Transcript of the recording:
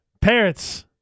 Parents